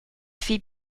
fit